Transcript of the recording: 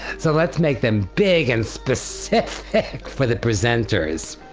so let's make them big and specific for the presenter's,